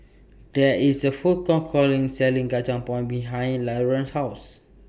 There IS A Food Court Selling Kacang Pool behind Laurance's House